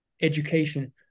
education